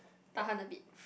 tahan a bit